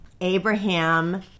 Abraham